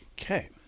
Okay